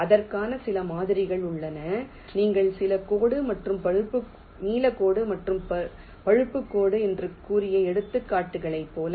அதற்கான சில மாதிரிகள் உள்ளன நாங்கள் நீல கோடு மற்றும் பழுப்பு கோடு என்று கூறிய எடுத்துக்காட்டுகளைப் போல